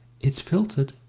it's filtered,